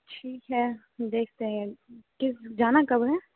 ठीक है देखते हैं किस जाना कब है